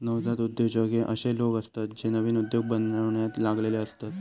नवजात उद्योजक हे अशे लोक असतत जे नवीन उद्योग बनवण्यात लागलेले असतत